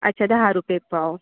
अच्छा दहा रुपये पाव